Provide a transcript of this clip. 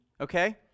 okay